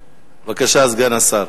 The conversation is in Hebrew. נתקבלה.